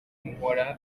mpora